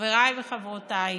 חבריי וחברותיי,